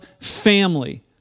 family